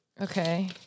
Okay